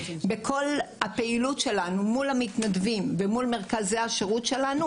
בכל הפעילות שלנו מול המתנדבים ומול מרכזי השירות שלנו,